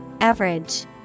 Average